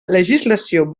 legislació